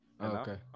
Okay